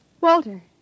Walter